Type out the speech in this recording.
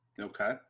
Okay